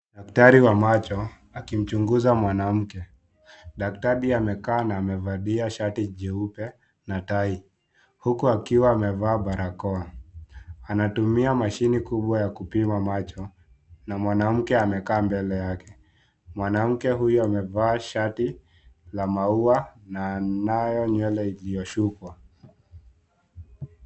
Daktari wa macho akimchunguza mwanamke mevalia daktari amekaa na amevalia shati nyeupe na tai huku akiwa amevaa shayi nyeupe na tai huku akiwa amevaa barakoa .anatumia masihine kubwa kupima macho na mwanamke amekaa mbele yake mwanamke huyu amevaa shati ya maua na nywele ulioshukwa .